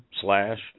slash